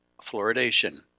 fluoridation